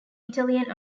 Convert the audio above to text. italian